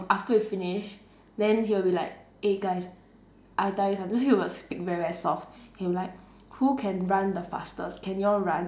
after we finish then he will be like eh guys I tell you something then he will speak very very soft he'll be like who can run the fastest can you all run